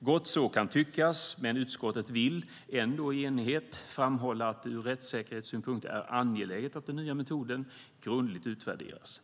Gott så, kan tyckas, men utskottet vill ändå i enighet framhålla att det ur rättssäkerhetssynpunkt är angeläget att den nya metoden grundligt utvärderas.